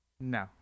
No